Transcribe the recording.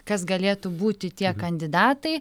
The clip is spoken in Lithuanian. kas galėtų būti tie kandidatai